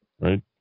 right